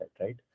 right